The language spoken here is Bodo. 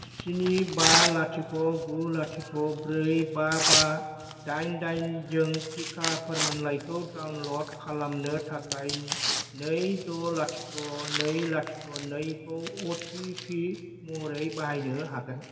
स्नि बा लाथिख' गु लाथिख' ब्रै बा बा दाइन दाइनजों थिखा फोरमानलाइखौ डाउनलड खालामनो थाखाय नै द' लाथिख' नै लाथिख' नैखौ अटिपि महरै बाहायनो हागोन